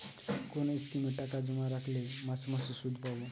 কোন স্কিমে টাকা জমা রাখলে মাসে মাসে সুদ পাব?